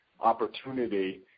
opportunity